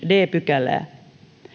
d pykälää